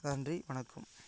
நன்றி வணக்கம்